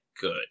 good